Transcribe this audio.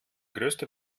größte